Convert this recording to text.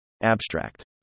abstract